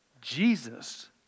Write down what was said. Jesus